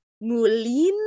Moulin